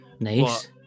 Nice